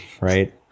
right